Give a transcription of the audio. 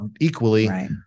equally